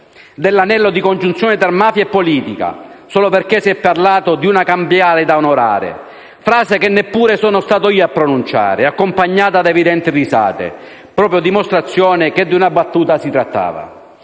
dell'anello di congiunzione tra mafia e politica, solo perché si è parlato di una «cambiale da onorare», frase che neppure sono stato io a pronunciare ed accompagnata da evidenti risate, proprio a dimostrazione che di una battuta si trattava.